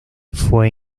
fue